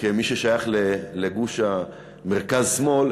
כמי ששייך לגוש המרכז-שמאל,